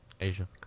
Asia